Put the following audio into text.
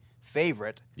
favorite